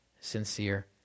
sincere